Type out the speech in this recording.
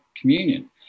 communion